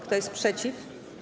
Kto jest przeciw?